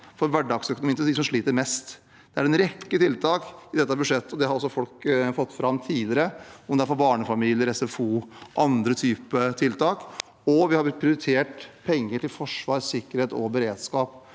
for hverdagsøkonomien til dem som sliter mest. Det er en rekke tiltak i dette budsjettet – og det har også folk fått fram tidligere – om det er for barnefamilier, som SFO, eller andre typer tiltak. Vi har også prioritert penger til forsvar, sikkerhet og beredskap,